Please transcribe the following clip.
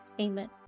Amen